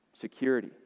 security